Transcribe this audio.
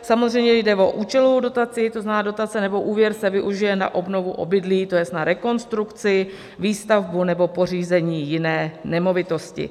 Samozřejmě jde o účelovou dotaci, to znamená dotace nebo úvěr se využije na obnovu obydlí, to jest na rekonstrukci, výstavbu nebo pořízení jiné nemovitosti.